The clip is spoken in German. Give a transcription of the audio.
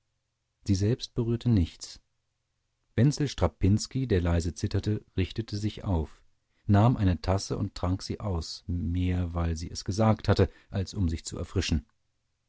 sie selbst berührte nichts wenzel strapinski der leise zitterte richtete sich auf nahm eine tasse und trank sie aus mehr weil sie es gesagt hatte als um sich zu erfrischen